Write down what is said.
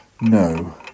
No